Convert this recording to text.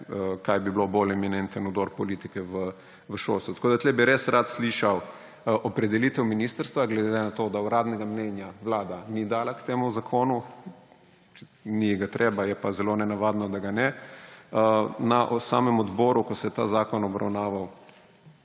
kaj bi bilo bolj eminenten vdor politike v šolstvo. Tu bi res rad slišal opredelitev ministrstva, glede na to, da uradnega mnenja Vlada ni dala k temu zakonu, ni ji ga treba, je pa zelo nenavadno, da ga ne. Na samem odboru, ko se je ta zakon obravnaval,